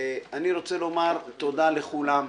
אני רוצה לומר לתודה לכולם.